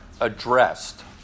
addressed